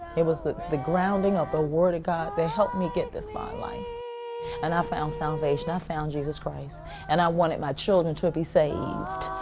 it was the the grounding of the word of god that helped me get this in my life and i found salvation. i found jesus christ and i wanted my children to be saved.